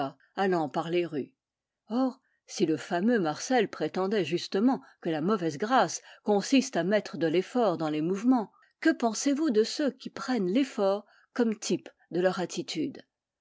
allant par les rues or si le fameux marcel prétendait justement que la mauvaise grâce consiste à mettre de l'eflport dans les m ouvements que pensez-vous de ceux qui prennent l'eflort comme type de leur attitude